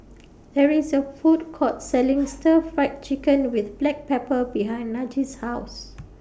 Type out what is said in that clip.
There IS A Food Court Selling Stir Fried Chicken with Black Pepper behind Najee's House